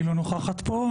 היא לא נוכחת פה.